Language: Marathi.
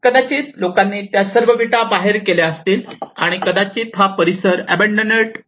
कदाचित लोकांनी त्या सर्व विटा बाहेर केल्या असतील आणि कदाचित हा परिसर अबंडोनेड केला असेल